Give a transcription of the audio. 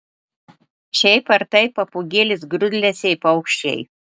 šiaip ar taip papūgėlės grūdlesiai paukščiai